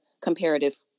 comparative